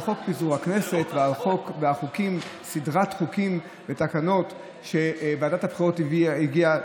חוק פיזור הכנסת ועל סדרת חוקים ותקנות שוועדת הבחירות הביאה